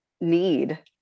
need